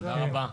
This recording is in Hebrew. תודה רבה.